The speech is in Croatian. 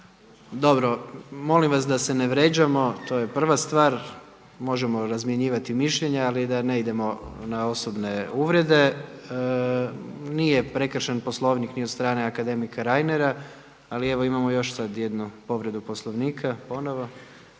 Dobro, molim vas da se ne vrijeđamo to je prva stvar. Možemo razmjenjivati mišljenja, ali da ne idemo na osobne uvrede. Nije prekršen Poslovnik ni od strane akademika Reinera, ali evo imamo još sad jednu povredu Poslovnika ponovno.